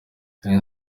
rayon